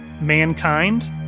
mankind